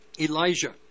Elijah